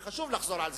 כי חשוב לחזור על זה,